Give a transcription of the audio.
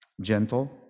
Gentle